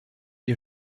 ihr